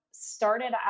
started